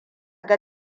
ga